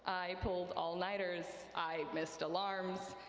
i pulled all nighters, i missed alarms,